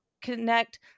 connect